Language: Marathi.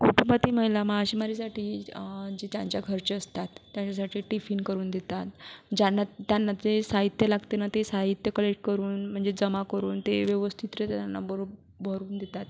कुटुंबातील महिला मासेमारीसाठी जे त्यांच्या घरचे असतात त्यांच्यासाठी टिफिन करून देतात ज्यांना त्यांना जे साहित्य लागतं ना ते साहित्य कलेक्ट करून म्हणजे जमा करून ते व्यवस्थितरीत्या त्यांना बरून भरून देतात